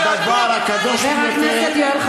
אלה שרוצים להתפלל,